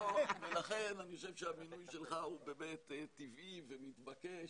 ב שהמינוי שלך הוא באמת טבעי ומתבקש,